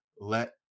let